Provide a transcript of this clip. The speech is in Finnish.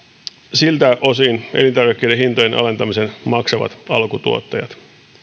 siltä osin elintarvikkeiden hintojen alentamisen maksavat alkutuottajat